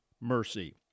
mercy